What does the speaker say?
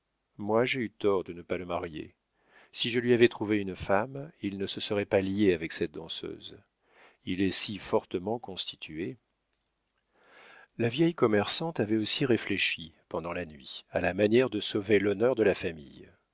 moi j'ai eu tort de ne pas le marier si je lui avais trouvé une femme il ne se serait pas lié avec cette danseuse il est si fortement constitué la vieille commerçante avait aussi réfléchi pendant la nuit à la manière de sauver l'honneur de la famille